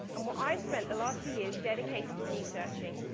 and what i've spent the last few years dedicated to researching,